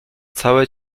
całe